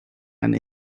and